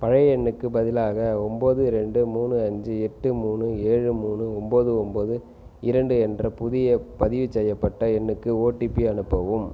பழைய எண்ணுக்குப் பதிலாக ஒன்போது ரெண்டு மூணு அஞ்சு எட்டு மூணு ஏழு மூணு ஒன்போது ஒன்போது இரண்டு என்ற புதிய பதிவு செய்யப்பட்ட எண்ணுக்கு ஓடிபி அனுப்பவும்